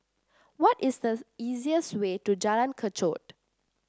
what is the easiest way to Jalan Kechot